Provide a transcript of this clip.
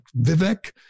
Vivek